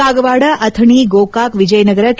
Kagwad Athani Gokak Vijayanagara K